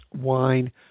wine